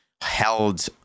held